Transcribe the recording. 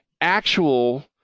actual